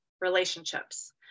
relationships